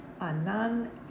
anan